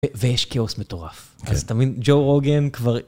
ויש כאוס מטורף. כן. אז תבין, ג'ו רוגן כבר